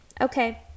Okay